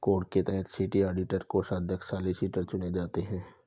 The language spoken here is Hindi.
कोड के तहत सिटी ऑडिटर, कोषाध्यक्ष और सॉलिसिटर चुने जाते हैं